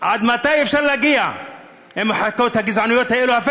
לאן אפשר להגיע עם החקיקות הגזעניות האלה,